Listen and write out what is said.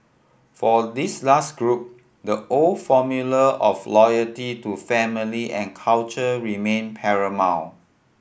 for this last group the old formula of loyalty to family and culture remained paramount